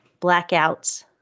blackouts